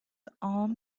arm